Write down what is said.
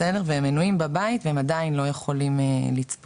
בסדר והם מנויים בבית והם עדיין לא יכולים לצפות,